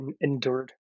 endured